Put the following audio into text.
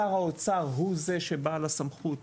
שר האוצר הוא זה שבעל הסמכות